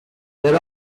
there